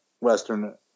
Western